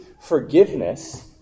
forgiveness